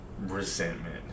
resentment